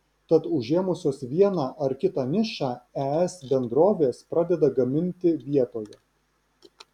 tad užėmusios vieną ar kitą nišą es bendrovės pradeda gaminti vietoje